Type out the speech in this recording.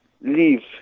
leave